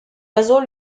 oiseaux